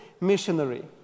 missionary